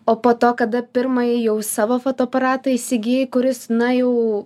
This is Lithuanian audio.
o po to kada pirmąjį jau savo fotoaparatą įsigijai kuris na jau